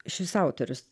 šis autorius